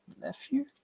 nephew